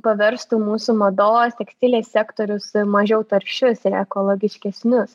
paverstų mūsų mados tekstilės sektorius mažiau taršius ir ekologiškesnius